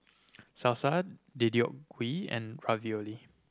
Deodeok Gui and Ravioli